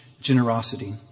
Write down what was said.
generosity